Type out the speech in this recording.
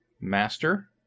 master